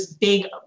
big